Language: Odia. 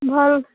ଭଲ୍